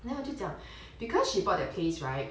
then 我就讲 because she bought that place right